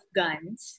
guns